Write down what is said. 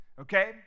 Okay